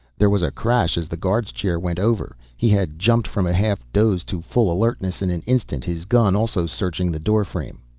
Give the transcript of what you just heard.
there was a crash as the guard's chair went over. he had jumped from a half-doze to full alertness in an instant, his gun also searching the doorframe.